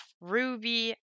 Ruby